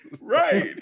Right